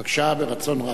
בבקשה, ברצון רב.